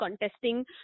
contesting